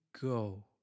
go